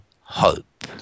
hope